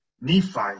Nephi